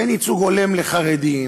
ואין ייצוג הולם לחרדים,